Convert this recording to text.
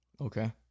Okay